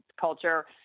culture